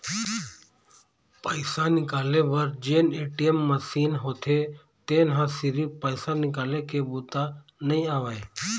पइसा निकाले बर जेन ए.टी.एम मसीन होथे तेन ह सिरिफ पइसा निकाले के बूता नइ आवय